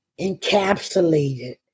encapsulated